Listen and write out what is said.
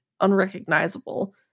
unrecognizable